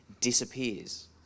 disappears